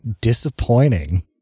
Disappointing